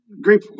great